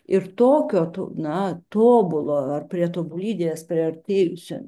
ir tokio tu na tobulo ar prie tobulybės priartėjusio